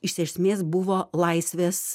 iš esmės buvo laisvės